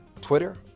Twitter